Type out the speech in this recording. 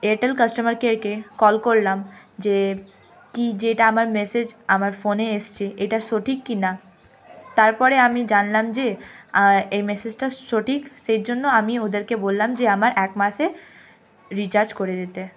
Airtel customer কেয়ারকে call করলাম যে কি যেটা আমার মেসেজ আমার ফোনে এসেছে এটা সঠিক কি না তার পরে আমি জানলাম যে এই মেসেজটা সঠিক সেই জন্য আমি ওদেরকে বললাম যে আমার এক মাসের রিচার্জ করে দিতে